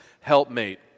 helpmate